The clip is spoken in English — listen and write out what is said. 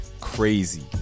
crazy